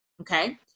Okay